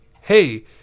hey